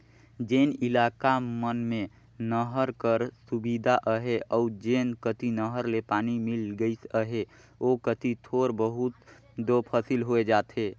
जेन इलाका मन में नहर कर सुबिधा अहे अउ जेन कती नहर ले पानी मिल गइस अहे ओ कती थोर बहुत दो फसिल होए जाथे